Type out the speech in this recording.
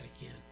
again